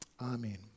Amen